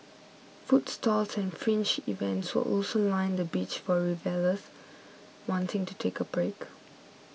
food stalls and fringe events will also line the beach for revellers wanting to take a break